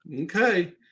okay